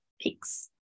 pigs